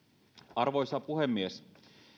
arvoisa puhemies